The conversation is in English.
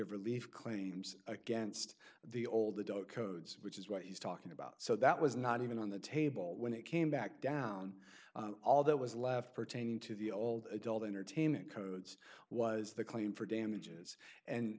e relief claims against the old adult codes which is what he's talking about so that was not even on the table when it came back down all that was left pertaining to the old adult entertainment codes was the claim for damages and